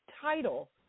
title